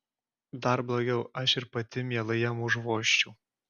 dar blogiau aš ir pati mielai jam užvožčiau